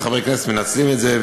וחברי כנסת מנצלים את זה,